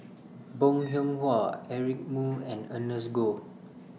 Bong Hiong Hwa Eric Moo and Ernest Goh